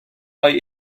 mají